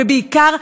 ובעיקר,